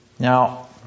Now